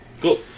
cool